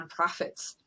nonprofits